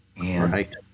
Right